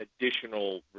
additional